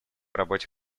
работе